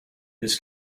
his